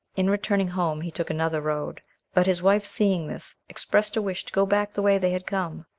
in returning home, he took another road but his wife seeing this, expressed a wish to go back the way they had come.